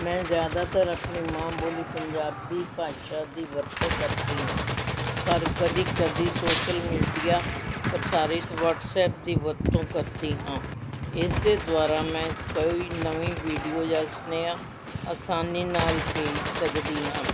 ਮੈਂ ਜ਼ਿਆਦਾਤਰ ਆਪਣੀ ਮਾਂ ਬੋਲੀ ਪੰਜਾਬੀ ਭਾਸ਼ਾ ਦੀ ਵਰਤੋਂ ਕਰਦੀ ਹਾਂ ਪਰ ਕਦੀ ਕਦੀ ਸੋਸ਼ਲ ਮੀਡੀਆ ਪ੍ਰਸਾਰਿਤ ਵਟਸਐਪ ਦੀ ਵਰਤੋਂ ਕਰਦੀ ਹਾਂ ਇਸਦੇ ਦੁਆਰਾ ਮੈਂ ਕੋਈ ਨਵੀਂ ਵੀਡੀਓ ਜਾਂ ਸੁਨੇਹਾ ਆਸਾਨੀ ਨਾਲ ਭੇਜ ਸਕਦੀ ਹਾਂ